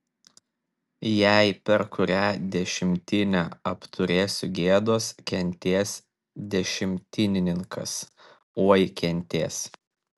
jei per kurią dešimtinę apturėsiu gėdos kentės dešimtininkas oi kentės